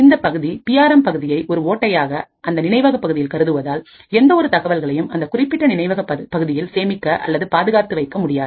இந்த பகுதியைஅதாவது P R M பகுதியை ஒரு ஓட்டையாகஅந்தநினைவக பகுதியில் கருதுவதால்எந்த ஒரு தகவல்களையும் அந்த குறிப்பிட்ட நினைவக பகுதியில் சேமிக்க அல்லது பாதுகாத்து வைக்க முடியாது